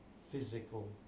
physical